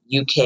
UK